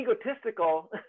egotistical